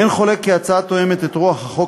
אין חולק כי ההצעה תואמת את רוח החוק